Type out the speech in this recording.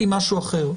הכנסת היא משהו אחר.